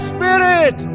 Spirit